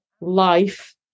life